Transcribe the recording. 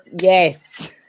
Yes